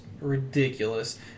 ridiculous